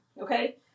okay